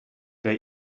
der